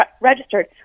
Registered